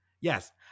Yes